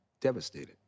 devastated